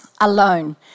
alone